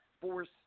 force –